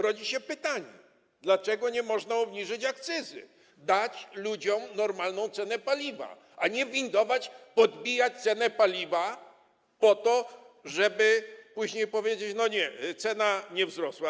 Rodzi się pytanie, dlaczego nie można obniżyć akcyzy, dać ludziom normalnej ceny paliwa, zamiast windować, podbijać cenę paliwa po to, żeby później powiedzieć: no nie, cena nie wzrosła.